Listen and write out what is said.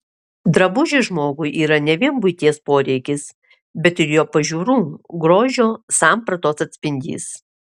drabužis žmogui yra ne vien buities poreikis bet ir jo pažiūrų grožio sampratos atspindys